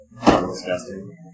disgusting